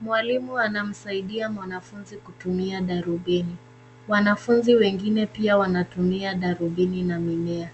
Mwalimu anamsaidia mwanafunzi kutumia darubini. Wanafunzi wengine pia wanatumia darubini na mimea.